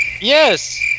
Yes